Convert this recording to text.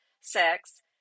sex